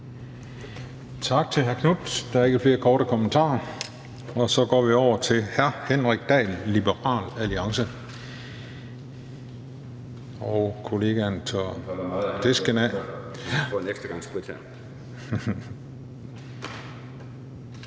Tak til hr. Marcus Knuth. Der er ikke flere korte bemærkninger. Så går vi over til hr. Henrik Dahl, Liberal Alliance. Kollegaen tørrer talerpulten af.